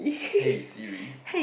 hey Siri